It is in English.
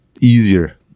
easier